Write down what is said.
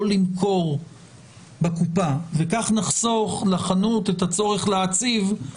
למכור בקופה וכך נחסוך לחנות את הצורך להציב מישהו בכניסה.